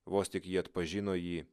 vos tik ji atpažino jį